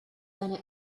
seiner